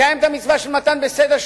נקיים את המצווה של מתן בסתר,